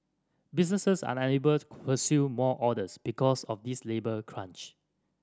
businesses are unable to pursue more orders because of this labour crunch